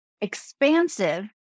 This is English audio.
expansive